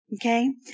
Okay